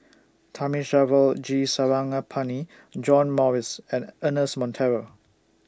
Thamizhavel G Sarangapani John Morrice and Ernest Monteiro